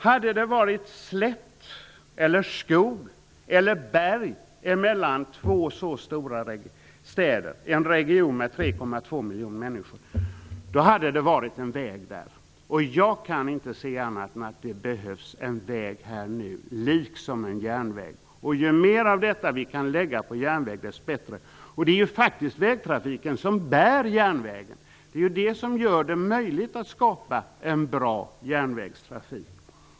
Hade det varit slätt, skog eller berg emellan två så stora städer, en region med 3,2 miljoner människor, hade det varit en väg där. Jag kan inte se annat än att det behövs en väg här också, liksom en järnväg. Ju mer av detta vi kan lägga på järnväg, desto bättre är det. Det är faktiskt vägtrafiken som bär järnvägen. Det är den som gör det möjligt att skapa en bra järnvägstrafik.